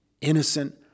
innocent